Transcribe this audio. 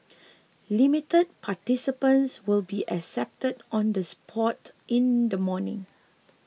limited participants will be accepted on the spot in the morning